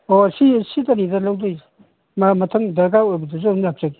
ꯑꯣ ꯁꯤꯗꯅꯤꯗ ꯂꯣꯏꯗꯣꯏꯁꯦ ꯃꯊꯪ ꯗꯔꯀꯥꯔ ꯑꯣꯏꯕꯗꯨꯁꯨ ꯑꯃꯨꯛ ꯂꯥꯛꯆꯒꯦ